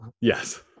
Yes